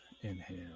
inhale